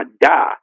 die